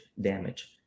damage